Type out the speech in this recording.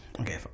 okay